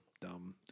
dumb